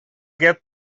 get